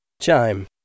Chime